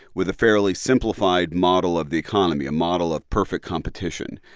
with a fairly simplified model of the economy a model of perfect competition.